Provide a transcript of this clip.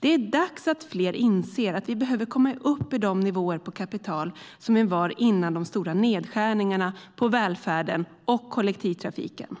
Det är dags att fler inser att vi behöver komma upp i de nivåer av kapital som vi hade före de stora nedskärningarna på välfärden och kollektivtrafiken.